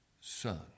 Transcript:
Son